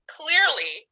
clearly